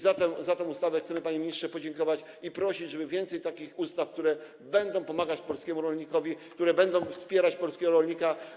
Za tę ustawę chcemy, panie ministrze, podziękować i prosić, żeby było więcej takich ustaw, które będą pomagać polskiemu rolnikowi, które będą wspierać polskiego rolnika.